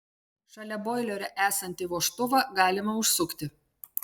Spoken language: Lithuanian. šalia boilerio esantį vožtuvą galima užsukti